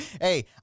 Hey